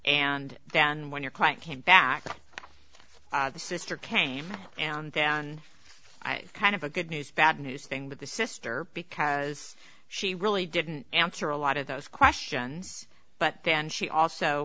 and then when your client came back the sister came and then i kind of a good news bad news thing with the sister because she really didn't answer a lot of those questions but then she also